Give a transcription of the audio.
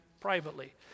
privately